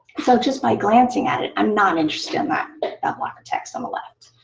so just by glancing at it, i'm not interested in that that block of text on the left.